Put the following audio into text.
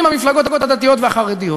עם המפלגות הדתיות והחרדיות,